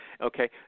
Okay